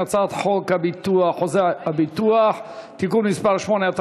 הצעת חוק חוזה הביטוח (תיקון מס' 8),